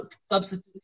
substitute